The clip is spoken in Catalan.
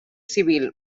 civil